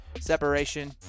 separation